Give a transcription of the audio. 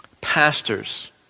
Pastors